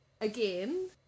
Again